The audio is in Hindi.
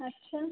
अच्छा